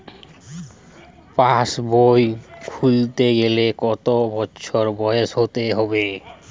পাশবই খুলতে গেলে কত বছর বয়স হতে হবে?